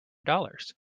dollars